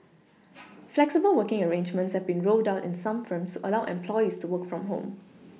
flexible working arrangements have been rolled out in some firms to allow employees to work from home